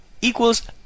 equals